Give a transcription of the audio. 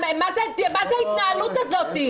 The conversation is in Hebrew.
מה זה ההתנהלות הזאת?